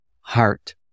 heart